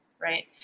right